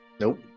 Nope